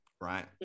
right